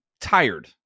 tired